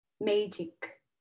magic